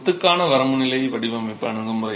கொத்துக்கான வரம்பு நிலை வடிவமைப்பு அணுகுமுறை